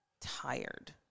tired